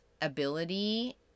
ability